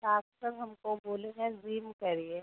doctor हमको बोले हैं ज़िम करिए